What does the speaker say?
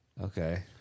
Okay